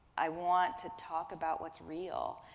i want to talk about what's real.